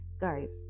guys